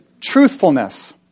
truthfulness